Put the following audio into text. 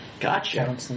Gotcha